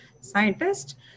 scientist